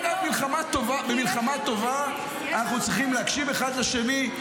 אגב, במלחמה טובה אנחנו צריכים להקשיב אחד לשני.